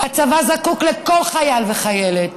הצבא זקוק לכל חייל וחיילת.